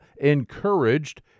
encouraged